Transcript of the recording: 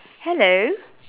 hello